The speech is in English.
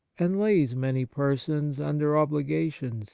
and lays many persons under obligations